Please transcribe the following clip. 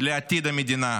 לעתיד המדינה,